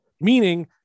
meaning